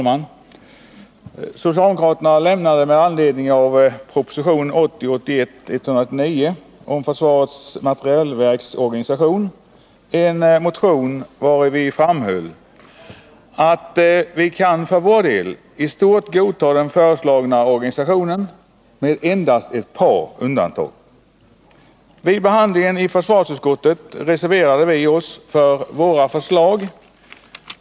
Herr talman! Med anledning av proposition 1980/81:199 om försvarets materielverks organisation väcktes en socialdemokratisk motion, vari vi framhöll att vi för vår del i stort sett kan godta den föreslagna organisationen - med endast ett par undantag. Vid behandlingen i försvarsutskottet reserverade vi oss för våra förslag.